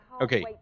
okay